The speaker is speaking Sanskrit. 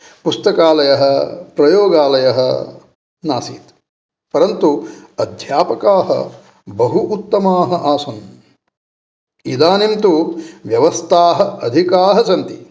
पुस्तकालयः प्रयोगालयः नासीत् परन्तु अध्यापकाः बहु उत्तमाः आसन् इदानीं तु व्यवस्थाः अधिकाः सन्ति